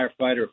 firefighter